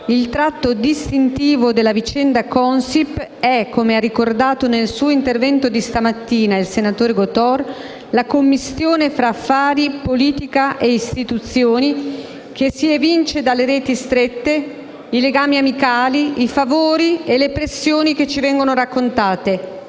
il tratto distintivo della vicenda Consip è, come ha ricordato nel suo intervento di questa mattina il senatore Gotor, la commistione tra affari, politica e istituzioni, che si evince dalle reti strette, i legami amicali, i favori e le pressioni che ci vengono raccontate.